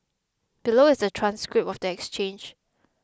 below is the transcript of the exchange